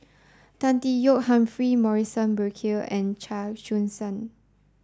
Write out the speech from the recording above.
Tan Tee Yoke Humphrey Morrison Burkill and Chia Choo Suan